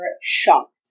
shocked